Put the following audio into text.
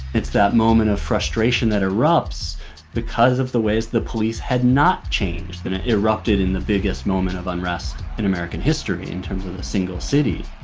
it's that moment of frustration that erupts because of the ways the police had not changed and it erupted in the biggest moment of unrest in american history, in terms of a single city.